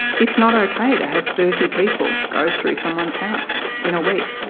it's not okay to have thirty people go through someone's house in a week.